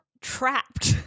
trapped